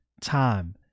time